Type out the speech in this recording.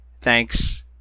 thanks